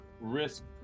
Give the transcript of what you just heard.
risk